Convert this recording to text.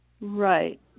Right